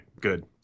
good